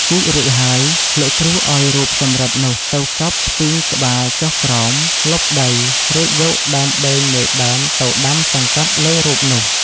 ជីករួចហើយ លោកគ្រូឲ្យរូបសំរឹទ្ធិនោះ ទៅកប់ផ្ទីងក្បាលចុះក្រោម លុបដីរួចយកដើមបេងមួយដើមទៅដាំសង្កត់លើរូបនោះ ។